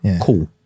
Cool